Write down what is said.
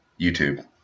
YouTube